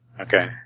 Okay